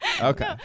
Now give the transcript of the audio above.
Okay